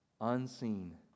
unseen